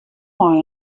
mei